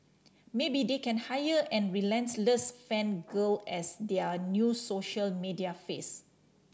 maybe they can hire and relentless fan girl as their new social media face